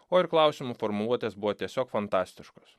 o ir klausimų formuluotės buvo tiesiog fantastiškos